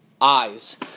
eyes